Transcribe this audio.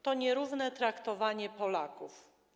To nierówne traktowanie Polaków.